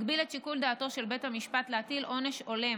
מגביל את שיקול דעתו של בית המשפט להטיל עונש הולם